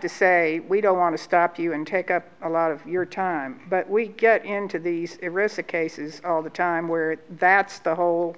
to say we don't want to stop you and take up a lot of your time but we get into these it riseth cases all the time where that's the whole